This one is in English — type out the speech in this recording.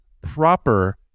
proper